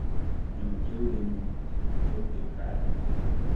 nemokėjau dainuoti tik mūkiau kaip karvė